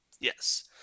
Yes